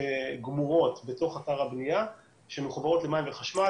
גמורות בתוך אתר הבנייה שמחוברות למים ולחשמל,